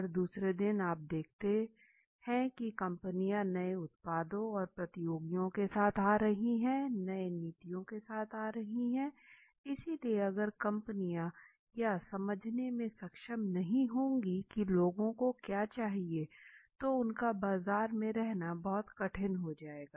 हर दूसरे दिन आप देख देखते है की कंपनियां नए उत्पादों और प्रतियोगियों के साथ आ रहे हैं नई नीतियों के साथ आ रही हैं इसलिए अगर कंपनियां या समझने में सक्षम नहीं होंगी की लोगों को क्या चाहिए तो उनका बाजार में रहना बहुत कठिन हो जायेगा